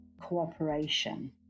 cooperation